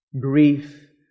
grief